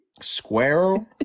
Squirrel